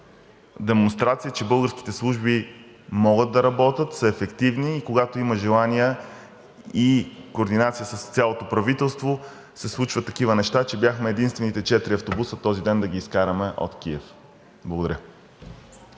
демонстрация, че българските служби могат да работят, ефективни са, и когато има желание и координация с цялото правителство, се случват такива неща, че бяха единствените четири автобуса в този ден, които бяха изкарани от Киев. Благодаря.